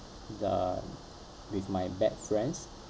the with my bad friends